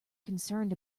concerned